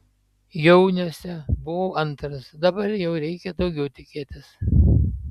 jauniuose buvau antras dabar jau reikia daugiau tikėtis